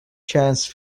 chance